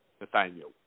Nathaniel